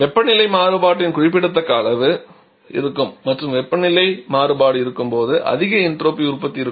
வெப்பநிலை மாறுபாட்டின் குறிப்பிடத்தக்க அளவு இருக்கும் மற்றும் வெப்பநிலை மாறுபாடு இருக்கும்போது அதிக என்ட்ரோபி உற்பத்தி இருக்கும்